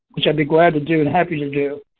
which i'd be glad to do and happy to do.